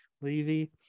levy